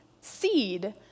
seed